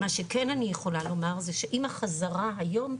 מה שכן אני יכולה לומר זה שעם החזרה היום,